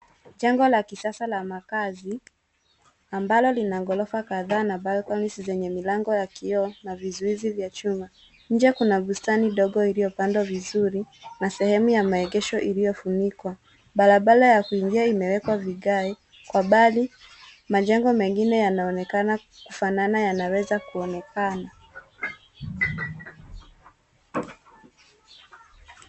Jengo la kisasa la makazi ambalo lina ghorofa kadhaa na balcony zenye milango ya kioo na vizuizi vya chuma ,nje kuna bustani ndogo iliyopandwa vizuri na sehemu ya maegesho iliyofunikwa ,barabara ya kuingia imewekwa vigai kwa mbali majengo mengine yanaonekana kufanana yanaweza kuonekana.